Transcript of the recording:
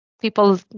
people